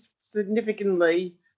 significantly